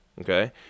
Okay